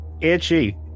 Itchy